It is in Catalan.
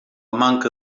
manca